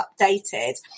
updated